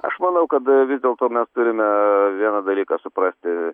aš manau kad vis dėlto mes turime vieną dalyką suprasti